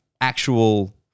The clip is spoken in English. actual